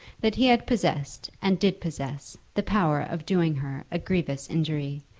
that he had possessed and did possess the power of doing her a grievous injury,